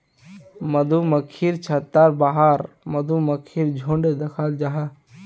मधुमक्खिर छत्तार बाहर मधुमक्खीर झुण्ड दखाल जाहा